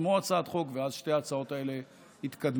בעצמו הצעת חוק ואז שתי ההצעות האלה יתקדמו,